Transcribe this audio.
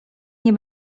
nie